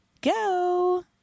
go